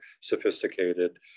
sophisticated